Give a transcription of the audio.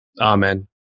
Amen